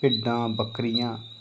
भिड्ढां बक्करियां